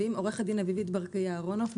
אני עורכת דין מארגון "בזכות.